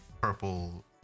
purple